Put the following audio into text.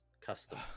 custom